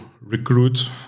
recruit